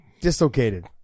dislocated